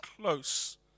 close